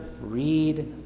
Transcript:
read